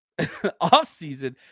offseason